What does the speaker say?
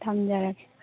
ꯊꯝꯖꯔꯒꯦ